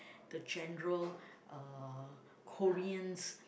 the general uh Koreans